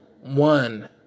one